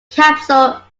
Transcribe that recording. capsule